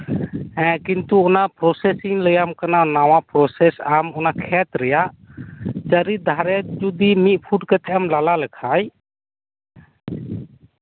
ᱦᱮᱸ ᱠᱤᱱᱛᱩ ᱚᱱᱟ ᱯᱨᱚᱥᱮᱥᱤᱧ ᱞᱟᱹᱭᱟᱢ ᱠᱟᱱᱟ ᱱᱟᱣᱟ ᱯᱨᱚᱥᱮᱥ ᱟᱢ ᱚᱱᱟ ᱠᱷᱮᱛ ᱨᱮᱭᱟᱜ ᱪᱟᱹᱨᱤᱫᱷᱟᱨᱮ ᱡᱚᱫᱤ ᱢᱤᱫ ᱢᱤᱫ ᱯᱷᱩᱴ ᱠᱟᱛᱮᱫ ᱮᱢ ᱞᱟᱞᱟ ᱞᱮᱠᱷᱟᱱ